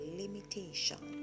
limitation